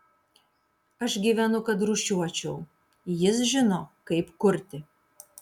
aš gyvenu kad rūšiuočiau jis žino kaip kurti